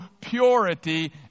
purity